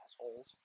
assholes